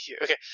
Okay